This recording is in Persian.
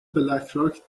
بلکراک